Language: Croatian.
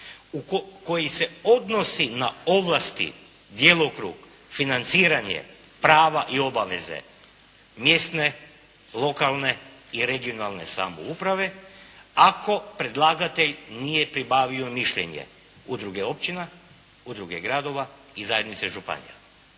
koji se odnosi na ovlasti, djelokrug, financiranje, prava i obaveze mjesne, lokalne i regionalne samouprave ako predlagatelj nije pribavio mišljenje udruge općina, udruge gradova i zajednice županija?